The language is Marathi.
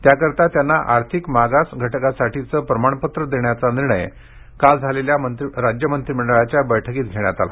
त्याकरता त्यांना आर्थिक मागास घटकासाठीचे प्रमाणपत्र देण्याचा निर्णय काल झालेल्या मंत्रिमंडळ बैठकीत घेण्यात आला